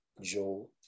Joe